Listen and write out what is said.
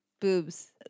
Boobs